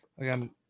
again